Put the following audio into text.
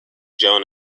joan